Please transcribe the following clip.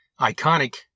Iconic